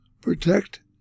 protect